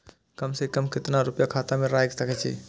कम से कम केतना रूपया खाता में राइख सके छी?